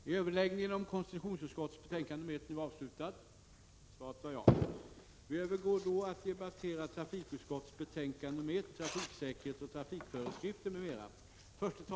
Kammaren övergår nu till att debattera trafikutskottets betänkande 1 om trafiksäkerhet och trafikföreskrifter m.m.